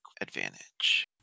advantage